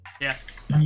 Yes